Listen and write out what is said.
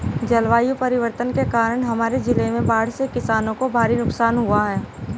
जलवायु परिवर्तन के कारण हमारे जिले में बाढ़ से किसानों को भारी नुकसान हुआ है